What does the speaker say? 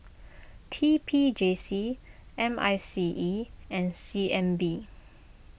T P J C M I C E and C N B